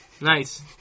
Nice